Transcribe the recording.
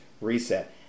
reset